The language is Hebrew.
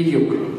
בדיוק.